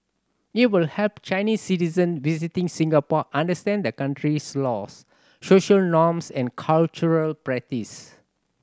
it will help Chinese citizen visiting Singapore understand the country's laws social norms and cultural practice